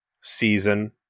season